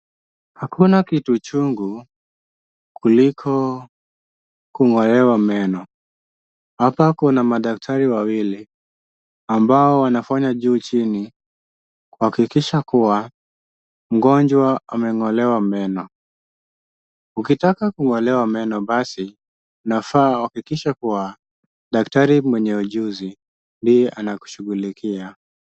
Hakuna kitu chungu kuliko kung'olewa meno. Hapa, kuna madaktari wawili ambao wanafanya juu chini kuhakikisha kuwa mgonjwa ameng’olewa meno. Ukitaka kung’olewa meno, basi unafaa kuhakikisha kuwa daktari mwenye ujuzi ndiye anakushughulikia.